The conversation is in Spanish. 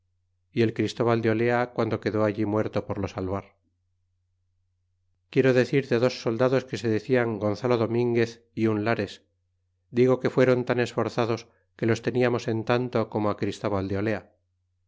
y el christóval de olea quedó allí muerto por lo salvar quiero decir de dos soldados que se decian gonzalo dominguez é un lares digo que fueron tan esforzados que los teniarnos en tanto como christóval de otea